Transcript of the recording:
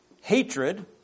hatred